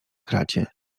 kracie